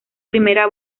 primera